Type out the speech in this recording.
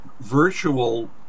virtual